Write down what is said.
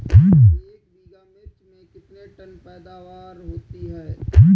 एक बीघा मिर्च में कितने टन पैदावार होती है?